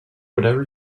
whatever